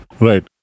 right